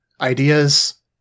ideas